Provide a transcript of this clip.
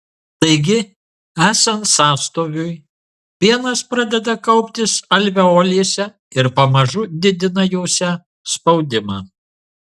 taigi esant sąstoviui pienas pradeda kauptis alveolėse ir pamažu didina jose spaudimą